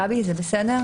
גבי, זה בסדר?